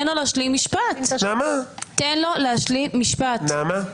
תן לו להשלים משפט.